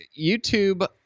YouTube